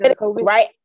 right